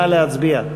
נא להצביע.